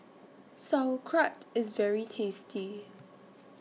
Sauerkraut IS very tasty